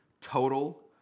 total